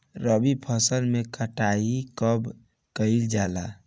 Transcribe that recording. रबी फसल मे कटाई कब कइल जाला?